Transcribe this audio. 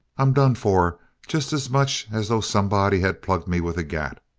i'm done for just as much as though somebody had plugged me with a gat.